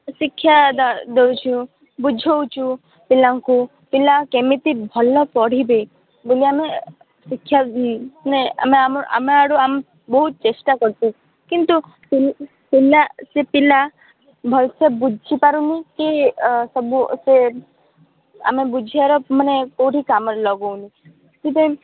ସେ ଶିକ୍ଷା ଦେଉଛୁ ବୁଝାଉଛୁ ପିଲାଙ୍କୁ ପିଲା କେମିତି ଭଲ ପଢ଼ିବେ ବୋଲି ଆମେ ଶିକ୍ଷା ନାହିଁ ଆମେ ଆମ ଆମେ ଆମ ଆଡ଼ୁ ବହୁତ ଚେଷ୍ଟା କରୁଛୁ କିନ୍ତୁ ପିଲ ପିଲା ସେ ପିଲା ଭଲ ସେ ବୁଝି ପାରୁନି କି ସବୁ ସେ ଆମ ବୁଝିବାର ମାନେ କିଛି କେଉଁଠି କାମରେ ଲଗାଉନି